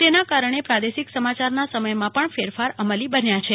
તેના કારણે પ્રાદેશિક સમાચારના સમયમાં પણ ફેરફાર અમલી બન્યા છે